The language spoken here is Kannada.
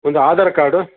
ಒಂದು ಆಧಾರ್ ಕಾರ್ಡು